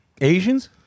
Asians